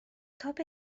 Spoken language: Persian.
تاپ